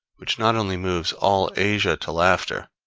which not only moves all asia to laughter,